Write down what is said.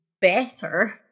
better